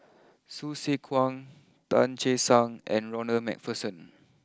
Hsu Tse Kwang Tan Che Sang and Ronald Macpherson